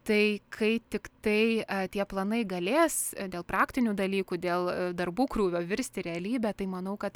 tai kai tiktai tie planai galės dėl praktinių dalykų dėl darbų krūvio virsti realybe tai manau kad